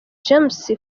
james